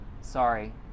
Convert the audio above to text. sorry